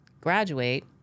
graduate